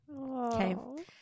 okay